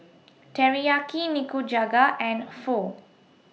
Teriyaki Nikujaga and Pho